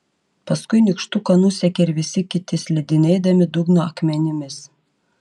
paskui nykštuką nusekė ir visi kiti slidinėdami dugno akmenimis